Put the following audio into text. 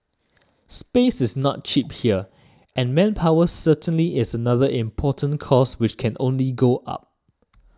space is not cheap here and manpower certainly is another important cost which can only go up